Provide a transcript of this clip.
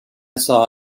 saw